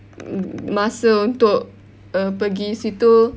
masa untuk err pergi situ